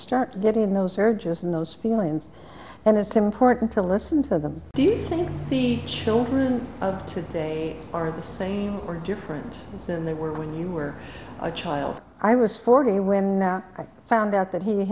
start getting those urges in those feelings and it's important to listen to them do you think the children of today are the same or different than they were when you were a child i was forty when i found out that he